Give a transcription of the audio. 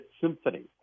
Symphony